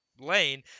lane